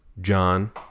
John